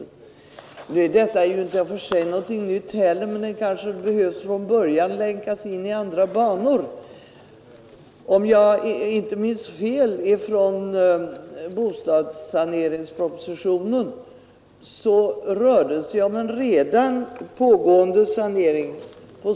Nu är inte heller det i och för sig något nytt, men saneringsverksamheten kanske behöver länkas in i andra banor från början. Om jag inte minns fel från bostadssaneringspropositionen rörde det sig om en redan pågående sanering.